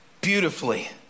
beautifully